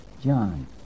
John